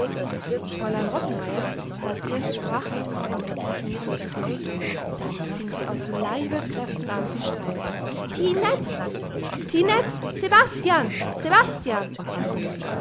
fräulein rottenmeier saß erst sprachlos vor entsetzen in ihrem sessel dann fing sie an aus leibeskräften zu schreien tinette tinette sebastian sebastian